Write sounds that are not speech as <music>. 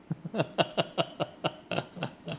<laughs>